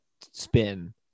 spin